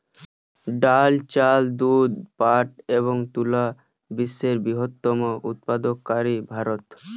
ডাল, চাল, দুধ, পাট এবং তুলা বিশ্বের বৃহত্তম উৎপাদনকারী ভারত